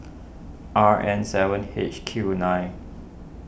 R N seven H Q nine